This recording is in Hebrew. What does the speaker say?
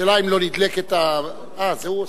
השאלה אם לא נדלקת, אה, זה הוא עושה.